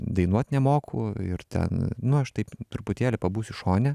dainuot nemoku ir ten nu aš taip truputėlį pabūsiu šone